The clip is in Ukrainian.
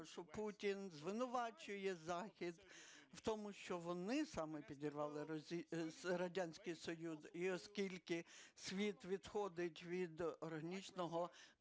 що Путін звинувачує Захід в тому, що вони саме підірвали Радянський Союз. І оскільки світ відходить від органічного